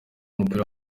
w’umupira